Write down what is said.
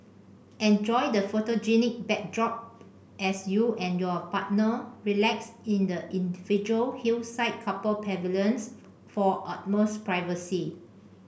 enjoy the photogenic backdrop as you and your partner relax in the individual hillside couple pavilions for utmost privacy